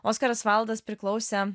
oskaras vaildas priklausė